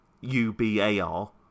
U-B-A-R